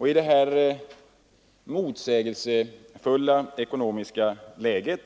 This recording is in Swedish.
I detta motsägelsefulla ekonomiska läge